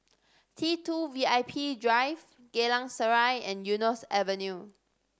T Two V I P Drive Geylang Serai and Eunos Avenue